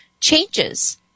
Changes